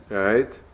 right